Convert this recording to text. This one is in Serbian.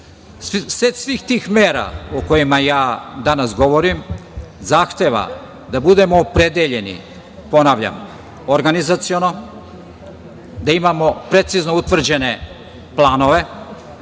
svih tih mera o kojima ja danas govorim zahteva da budemo opredeljeni, ponavljam, organizaciono, da imamo precizno utvrđene planove.